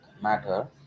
matter